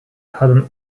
hadden